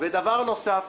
ודבר נוסף,